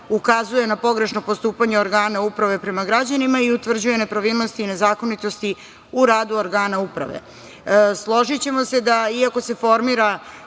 ukazuje na pogrešno postupanje organa uprave prema građanima i utvrđuje nepravilnosti i nezakonitosti u radu organa uprave. Složićemo se da iako se formira